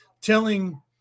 telling